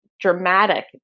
dramatic